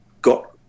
got